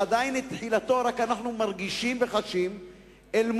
ואנחנו עדיין מרגישים וחשים רק את תחילתו,